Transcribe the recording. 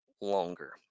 Longer